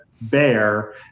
bear